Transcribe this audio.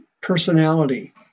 personality